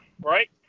right